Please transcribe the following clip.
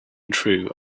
true